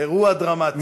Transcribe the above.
אירוע דרמטי.